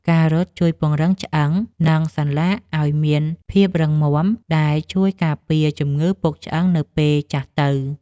ការរត់ជួយពង្រឹងឆ្អឹង និងសន្លាក់ឱ្យមានភាពរឹងមាំ ដែលជួយការពារជំងឺពុកឆ្អឹងនៅពេលចាស់ទៅ។